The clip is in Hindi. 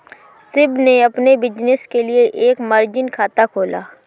शिव ने अपने बिज़नेस के लिए एक मार्जिन खाता खोला